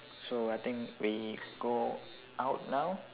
so I think we go out now